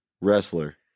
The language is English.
Wrestler